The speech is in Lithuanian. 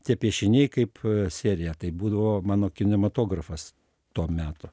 tie piešiniai kaip serija tai būdavo mano kinematografas to meto